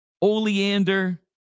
Oleander